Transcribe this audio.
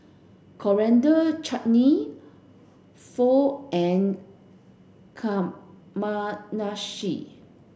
Coriander Chutney Pho and Kamameshi